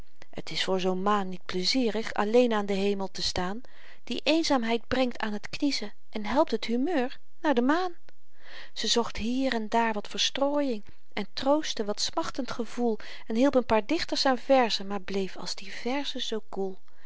het is voor zoo'n maan niet pleizierig alleen aan den hemel te staan die eenzaamheid brengt aan het kniezen en helpt het humeur naar de maan ze zocht hier en daar wat verstrojing en troostte wat smachtend gevoel en hielp een paar dichters aan verzen maar bleef als die